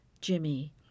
Jimmy